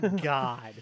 god